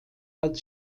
als